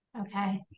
Okay